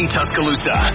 Tuscaloosa